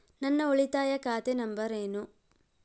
ನನ್ನ ಉಳಿತಾಯ ಖಾತೆ ನಂಬರ್ ಏನು?